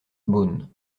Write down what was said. beaune